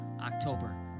October